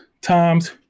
times